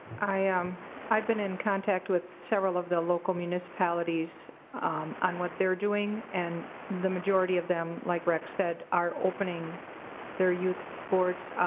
um i've been in contact with several of the local municipalities on what they're doing. and the majority of them, like rex said, are opening their youth sports.